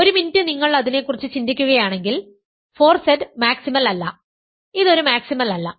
ഒരു മിനിറ്റ് നിങ്ങൾ അതിനെക്കുറിച്ച് ചിന്തിക്കുകയാണെങ്കിൽ 4Z മാക്സിമൽ അല്ല ഇത് ഒരു മാക്സിമൽ അല്ല